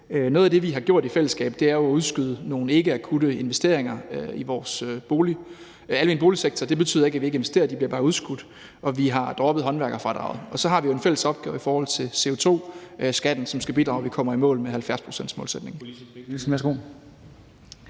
Noget af det, vi har gjort i fællesskab, er jo at udskyde nogle ikkeakutte investeringer i vores almene boligsektor. Det betyder ikke, at vi ikke investerer; det bliver bare udskudt. Og så har vi droppet håndværkerfradraget. Og så har vi jo en fælles opgave i forhold til CO2-skatten, som skal bidrage til, at vi kommer i mål med 70-procentsmålsætningen.